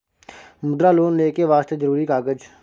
मुद्रा लोन लेके वास्ते जरुरी कागज?